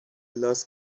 lost